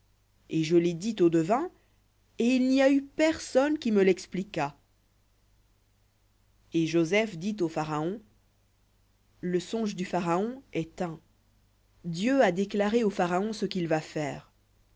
et je l'ai dit aux devins et il n'y a eu personne qui me lexpliquât et joseph dit au pharaon le songe du pharaon est un dieu a déclaré au pharaon ce qu'il va faire